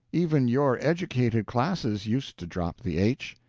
even your educated classes used to drop the h.